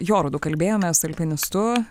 jorudu kalbėjomės alpinistu